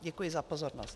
Děkuji za pozornost.